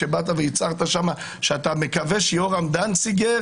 שבאת והצהרת שם שאתה מקווה שיורם דנציגר